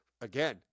Again